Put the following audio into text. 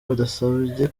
badusabye